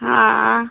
हाँ